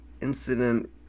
incident